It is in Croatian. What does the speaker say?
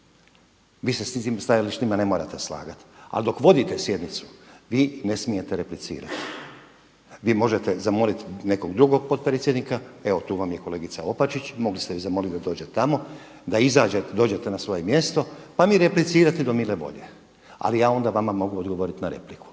Vi se sa tim stajalištima ne morate slagati. Ali dok vodite sjednicu vi ne smijete replicirati. Vi možete zamoliti nekog drugog potpredsjednika, evo tu vam je kolegica Opačić, mogli ste ju zamoliti da dođe tamo, da izađete, dođete na svoje mjesto pa mi replicirati do mile volje. Ali ja onda vama mogu odgovoriti na repliku.